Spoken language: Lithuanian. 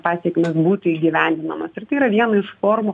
pasekmės būtų įgyvendinamos ir tai yra viena iš formų